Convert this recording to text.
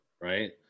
right